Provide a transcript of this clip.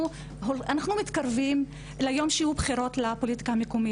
אנחנו מתקרבים ביום שיהיו בחירות לפוליטיקה המקומית.